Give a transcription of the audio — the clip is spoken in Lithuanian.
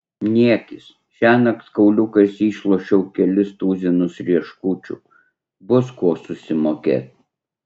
niekis šiąnakt kauliukais išlošiau kelis tuzinus rieškučių bus kuo susimokėt